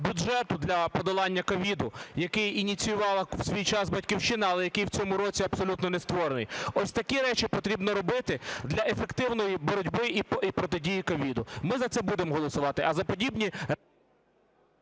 бюджету для подолання COVID, який ініціювала в свій час "Батьківщина", але який в цьому році абсолютно не створений. Ось такі речі потрібно робити для ефективної боротьби і протидії COVID. Ми за це будемо голосувати, а за подібні…